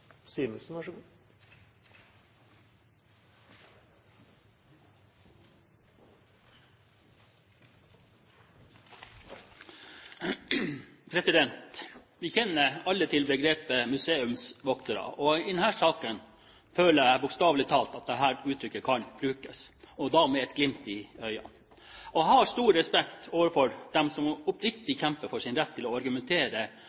Vi kjenner alle til begrepet «museumsvoktere». I denne saken føler jeg bokstavelig talt at dette uttrykket kan brukes – og da med et glimt i øynene. Jeg har stor respekt for dem som